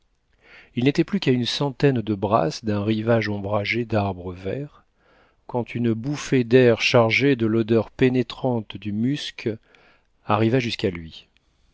il n'était plus qu'à une centaine de brasses d'un rivage ombragé d'arbres verts quand une bouffée d'air chargé de l'odeur pénétrante du musc arriva jusqu'à lui